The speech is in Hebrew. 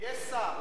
תהיה שר.